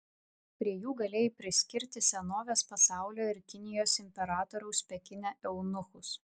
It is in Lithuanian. prie jų galėjai priskirti senovės pasaulio ir kinijos imperatoriaus pekine eunuchus